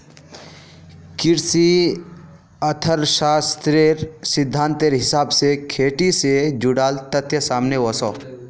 कृषि अर्थ्शाश्त्रेर सिद्धांतेर हिसाब से खेटी से जुडाल तथ्य सामने वोसो